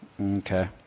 Okay